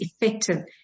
effective